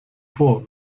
vor